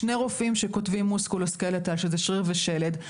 שני רופאים שכותבים מוסקולוסקלטל שזה שריר ושלד.